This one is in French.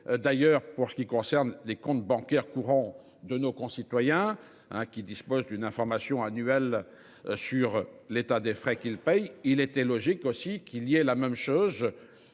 d'ailleurs pour ce qui concerne les comptes bancaires courants de nos concitoyens hein qui dispose d'une information annuel sur l'état des frais qu'il paye, il était logique aussi qui liait la même chose.